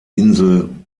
insel